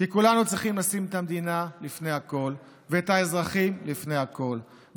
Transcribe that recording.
כי כולנו צריכים לשים את המדינה לפני הכול ואת האזרחים לפני הכול,